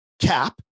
Cap